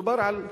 מדובר על אפס,